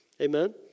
Amen